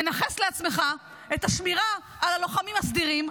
מנכס לעצמך את השמירה על הלוחמים הסדירים,